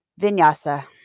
Vinyasa